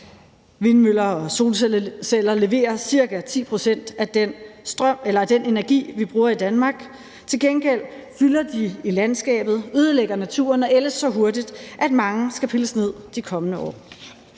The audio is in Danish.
Vindmøller og solcelleanlæg leverer ca. 10 pct. af den energi, vi bruger i Danmark; til gengæld fylder de i landskabet, ødelægger naturen og ældes så hurtigt, at mange skal pilles ned de kommende år.